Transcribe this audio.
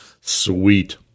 Sweet